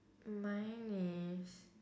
mine is